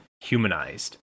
humanized